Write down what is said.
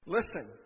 Listen